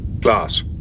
Glass